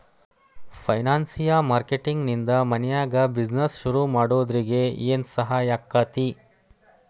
ಫೈನಾನ್ಸಿಯ marketing ನಿಂದಾ ಮನ್ಯಾಗ್ business ಶುರುಮಾಡ್ದೊರಿಗೆ ಏನ್ಸಹಾಯಾಕ್ಕಾತಿ?